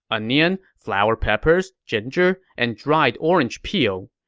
onion, flower peppers, ginger, and dried orange peel.